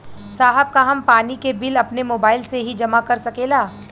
साहब का हम पानी के बिल अपने मोबाइल से ही जमा कर सकेला?